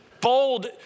bold